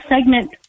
segment